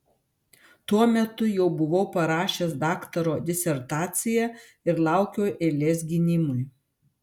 tuo metu jau buvau parašęs daktaro disertaciją ir laukiau eilės gynimui